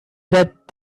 that